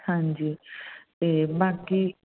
ਹਾਂਜੀ ਅਤੇ ਬਾਕੀ